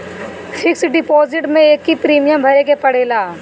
fix deposit में एकही premium भरे के पड़ेला